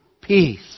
peace